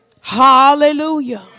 Hallelujah